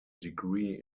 degree